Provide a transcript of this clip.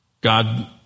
God